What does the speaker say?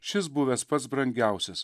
šis buvęs pats brangiausias